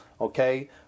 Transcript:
okay